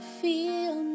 feel